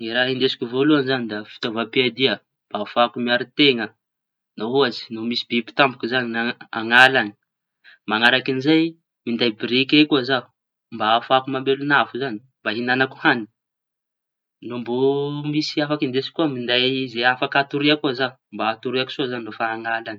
Ny raha indesiko voalohañy zañy da fitaova mpiadia mba afahako miaro teña no ohatsy misy biby tampoky za- ñy ny añala añy. Mañaraky añizay minday brike ko zaho mba ahafahako mameloña afo zañy mba hiñanako hañi. No mbô misy afaky ndesiko koa minday zay afaky atoria koa zaho hatoriako soa no fa añala añy.